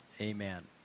Amen